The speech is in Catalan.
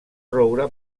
roure